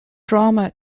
trauma